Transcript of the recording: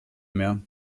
mehr